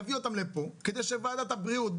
תביא אותם לפה כדי שוועדת הבריאות,